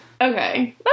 Okay